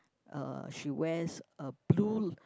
uh she wears a blue